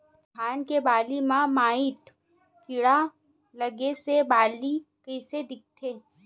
धान के बालि म माईट कीड़ा लगे से बालि कइसे दिखथे?